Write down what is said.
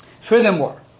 Furthermore